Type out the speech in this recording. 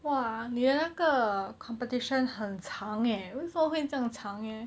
!wah! 你的那个 competition 很长 eh 为什么会这样长 eh